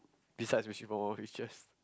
besides wishing for more wishes